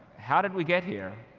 how did we get here?